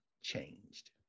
Changed